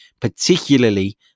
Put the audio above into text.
particularly